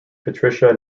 patricia